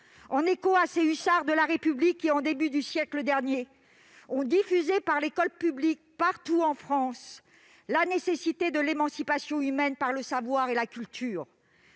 en écho à ces hussards de la République, qui, au début du siècle dernier, ont diffusé par l'école publique, partout en France, la nécessité de l'émancipation humaine par le savoir et la culture.